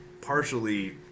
partially